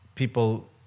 People